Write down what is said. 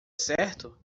certo